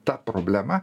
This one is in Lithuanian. ta problema